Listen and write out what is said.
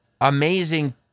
amazing